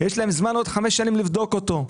יש להם זמן עוד חמש שנים לבדוק אותו,